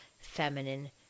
feminine